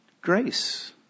Grace